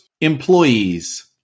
employees